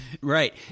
Right